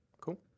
Cool